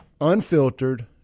Unfiltered